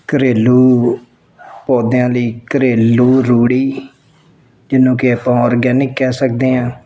ਘਰੇਲੂ ਪੌਦਿਆਂ ਲਈ ਘਰੇਲੂ ਰੂੜੀ ਜਿਹਨੂੰ ਕਿ ਆਪਾਂ ਔਰਗੈਨਿਕ ਕਹਿ ਸਕਦੇ ਹਾਂ